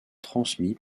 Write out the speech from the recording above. transmis